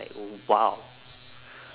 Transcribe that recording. oh !wow!